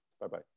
Bye-bye